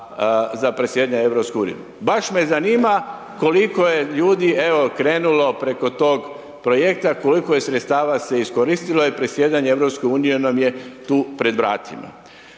za predsjedanje EU. Baš me zanima koliko je ljudi evo krenulo preko tog projekta, koliko je sredstava se iskoristilo i predsjedanje EU nam je tu pred vratima.